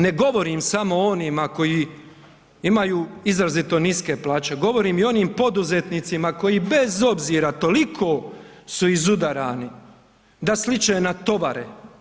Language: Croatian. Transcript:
Ne govorim samo o onima koji imaju izrazito niske plaće, govorim i onim poduzetnicima koji bez obzira toliko su izudarani da sliče na tovare.